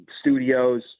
studios